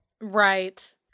Right